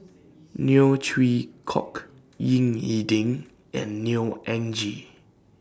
Neo Chwee Kok Ying E Ding and Neo Anngee